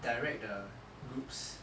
direct the groups